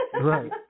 Right